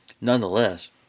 Nonetheless